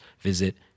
visit